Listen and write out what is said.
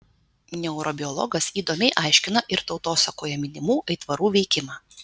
neurobiologas įdomiai aiškina ir tautosakoje minimų aitvarų veikimą